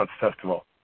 Festival